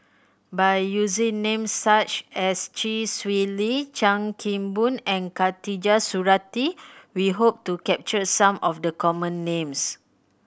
by using names such as Chee Swee Lee Chan Kim Boon and Khatijah Surattee we hope to capture some of the common names